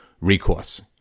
recourse